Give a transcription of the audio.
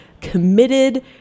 committed